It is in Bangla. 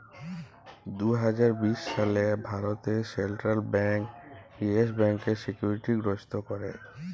দু হাজার বিশ সালে ভারতে সেলট্রাল ব্যাংক ইয়েস ব্যাংকের সিকিউরিটি গ্রস্ত ক্যরে